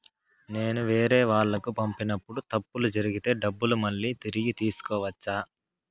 నేను వేరేవాళ్లకు పంపినప్పుడు తప్పులు జరిగితే డబ్బులు మళ్ళీ తిరిగి తీసుకోవచ్చా?